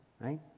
right